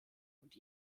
und